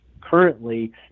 currently